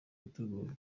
gutegurwa